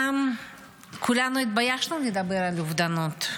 פעם כולנו התביישנו לדבר על אובדנות,